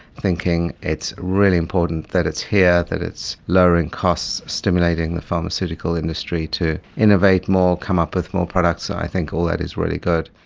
thinking it's really important that it's here, that it's lowering costs, stimulating the pharmaceutical industry to innovate more, come up with more products. i think all that is really good.